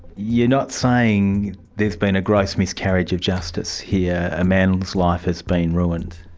you're not saying there's been a gross miscarriage of justice here, a man's life has been ruined.